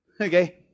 Okay